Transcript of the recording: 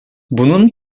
bunun